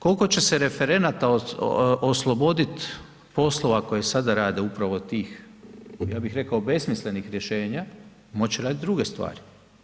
Koliko će se referenata osloboditi poslova koji sada rade upravo tih, ja bih rekao besmislenih rješenja moći raditi druge stvari?